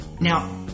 Now